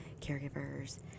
caregivers